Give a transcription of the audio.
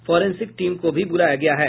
forensic team को भी बुलाया गया है